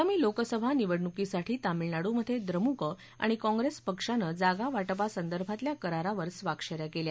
आगामी लोकसभा निवडणुकीसाठी तामीळनाडूमध्ये द्रमुक आणि काँग्रेस पक्षानं जागावा पिसंदर्भातल्या करारावर स्वाक्षऱ्या केल्या